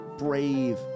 Brave